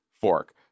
fork